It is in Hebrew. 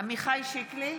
עמיחי שיקלי,